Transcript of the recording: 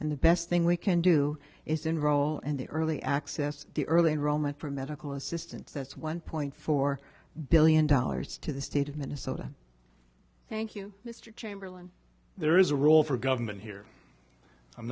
and the best thing we can do is enroll in the early access the early enroll met for medical assistance that's one point four billion dollars to the state of minnesota thank you mr chamberlain there is a role for government here i'm